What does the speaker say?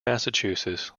massachusetts